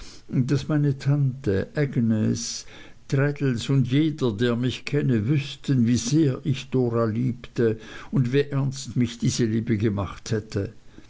daß meine tante agnes traddles und jeder der mich kenne wüßten wie sehr ich dora liebte und wie ernst mich diese liebe gemacht hätte